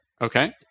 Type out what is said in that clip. Okay